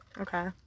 okay